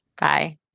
Bye